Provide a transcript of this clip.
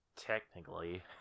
Technically